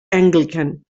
anglican